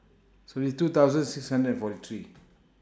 seventy two thousand six hundred and forty three